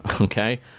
okay